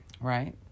Right